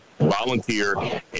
Volunteer